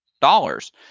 dollars